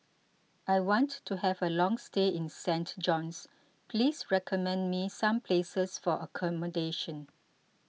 I want to have a long stay in Saint John's Please recommend me some places for accommodation